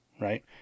right